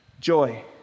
joy